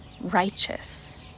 righteous